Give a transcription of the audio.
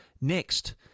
Next